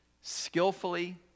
skillfully